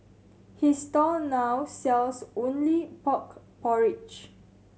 his stall now sells only pork porridge